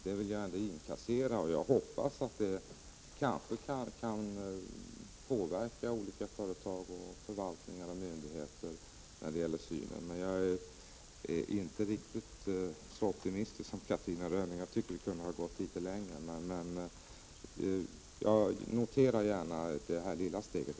Det vill jag ändå notera. Jag hoppas att det kanske kan påverka olika företag, förvaltningar och myndigheter i deras syn på detta. Men jag är inte riktigt så optimistisk som Catarina Rönnung. Jag tycker att vi kunde ha gått litet längre, men jag noterar i alla fall det här lilla steget.